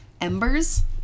embers